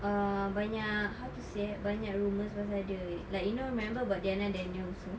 ah banyak how to say eh banyak rumours pasal dia like you know remember about Diana Danielle also